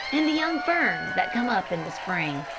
and the young ferns that come up in the spring.